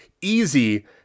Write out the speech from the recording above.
easy